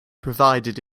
provided